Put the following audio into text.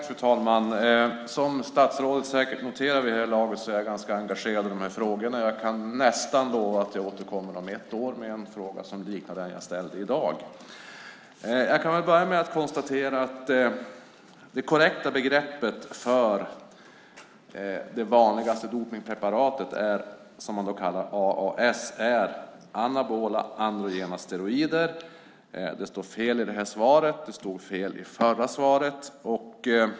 Fru talman! Som statsrådet säkert har noterat vid det här laget är jag ganska engagerad i de här frågorna. Jag kan nästan lova att jag om ett år återkommer med en fråga som liknar den jag har ställt i dag. Jag börjar med att konstatera att det korrekta begreppet för det vanligaste dopningspreparatet som man kallar AAS är anabola androgena steroider. Det står fel i det här svaret. Det stod fel i det förra svaret.